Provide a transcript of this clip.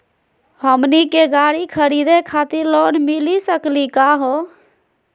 हमनी के गाड़ी खरीदै खातिर लोन मिली सकली का हो?